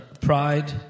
pride